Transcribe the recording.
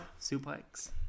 suplex